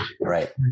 right